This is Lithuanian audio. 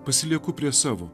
pasilieku prie savo